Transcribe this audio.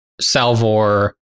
Salvor